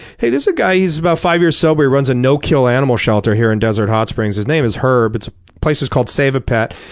hey there's a guy, he's about five years sober, he runs a no-kill animal shelter here in desert hot springs. his name is herb. the place is called save a pet.